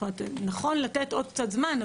זאת אומרת שנכון לתת עוד קצת זמן,